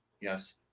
Yes